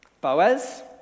Boaz